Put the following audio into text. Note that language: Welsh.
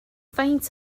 faint